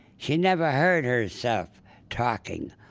she never heard herself talking,